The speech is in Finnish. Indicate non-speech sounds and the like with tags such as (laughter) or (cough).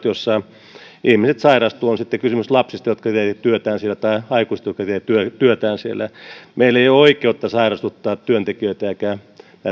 (unintelligible) joissa ihmiset sairastuvat on sitten kysymys lapsista jotka tekevät työtään siellä tai aikuisista jotka tekevät työtään siellä meillä ei ole oikeutta sairastuttaa työntekijöitä eikä